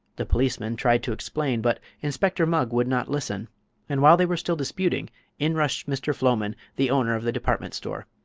the policemen tried to explain, but inspector mugg would not listen and while they were still disputing in rushed mr. floman, the owner of the department store.